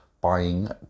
buying